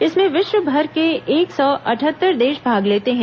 इसमें विश्वभर के एक सौ अटहत्तर देश भाग लेते हैं